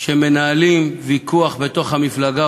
שמנהלים ויכוח בתוך המפלגה,